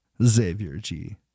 XavierG